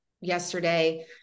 yesterday